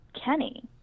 Kenny